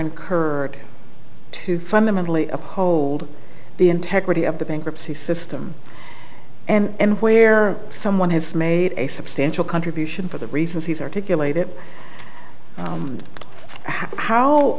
incurred to fundamentally uphold the integrity of the bankruptcy system and where someone has made a substantial contribution for the reasons he's articulate it and how